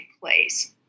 place